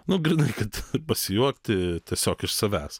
nu grynai kad pasijuokti tiesiog iš savęs